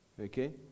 Okay